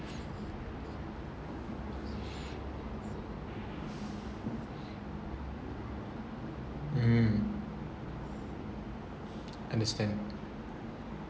mm understand